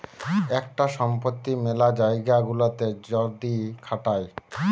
একটা সম্পত্তি মেলা জায়গা গুলাতে যদি খাটায়